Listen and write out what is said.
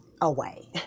away